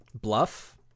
bluff